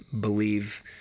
believe